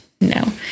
no